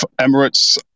Emirates